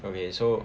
okay so